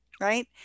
right